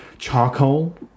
charcoal